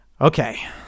okay